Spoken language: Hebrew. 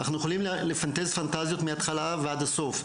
אנחנו יכולים לפנטז פנטזיות מהתחלה ועד הסוף.